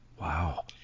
Wow